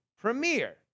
premier